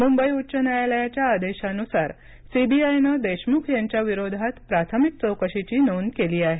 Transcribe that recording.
मुंबई उच्च न्यायालयाच्या आदेशानुसार सीबीआयन देशमुख यांच्याविरोधात प्राथमिक चौकशीची नोंद केली आहे